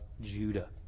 Judah